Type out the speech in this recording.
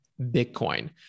Bitcoin